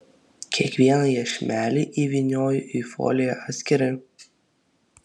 kiekvieną iešmelį įvynioju į foliją atskirai